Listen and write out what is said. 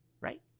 Right